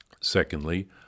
Secondly